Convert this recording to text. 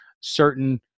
certain